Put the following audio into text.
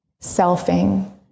selfing